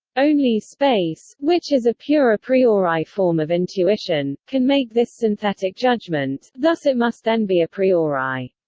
only space, which is a pure a priori form of intuition, can make this synthetic judgment, thus it must then be a priori.